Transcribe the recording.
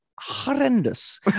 horrendous